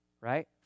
right